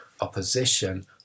opposition